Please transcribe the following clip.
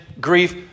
grief